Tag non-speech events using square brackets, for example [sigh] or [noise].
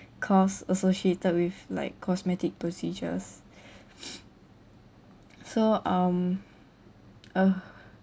costs associated with like cosmetic procedures [breath] so um uh